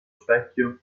specchio